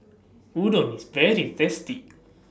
Udon IS very tasty